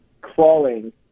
crawling